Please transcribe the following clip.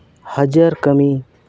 ᱦᱟᱡᱟᱨ ᱠᱟᱹᱢᱤ